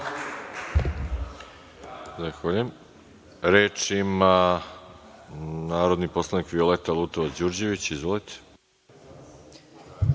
se. Reč ima narodni poslanik, Violeta Lutovac Đurđević. Izvolite.